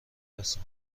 رسم